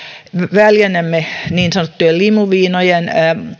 väljennämme niin sanottujen limuviinojen